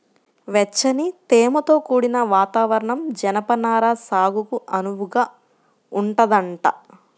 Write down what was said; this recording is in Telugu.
వెచ్చని, తేమతో కూడిన వాతావరణం జనపనార సాగుకు అనువుగా ఉంటదంట